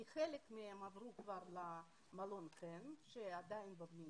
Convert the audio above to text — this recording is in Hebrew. כי חלק מהם עברו כבר למלון חן שעדיין בבנייה.